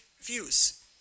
views